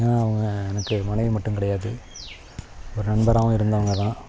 ஏன்னால் அவங்க எனக்கு மனைவி மட்டும் கிடையாது ஒரு நண்பராகவும் இருந்தவங்க தான்